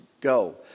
go